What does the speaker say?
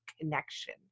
connection